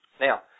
Now